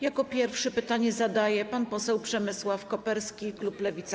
Jako pierwszy pytanie zadaje pan poseł Przemysław Koperski, klub Lewica.